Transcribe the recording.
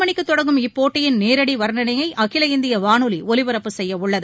மணிக்குதொடங்கும் இரவு இப்போட்டியின் நேரடிவர்ணையை அகில எழு இந்தியவானொலிஒலிபரப்பு செய்யவுள்ளது